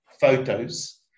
photos